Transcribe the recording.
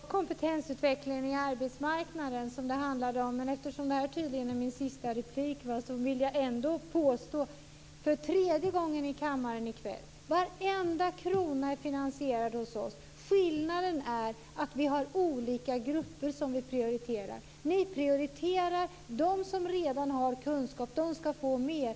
Fru talman! Det var kompetensutvecklingen på arbetsmarknaden som det handlade om, men eftersom detta tydligen är min sista replik vill jag ändå för tredje gången i kammaren i kväll påstå att varenda krona är finansierad i vårt förslag. Skillnaden är att vi prioriterar olika grupper. Ni prioriterar dem som redan har kunskap. De skall få mer.